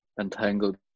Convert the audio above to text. entangled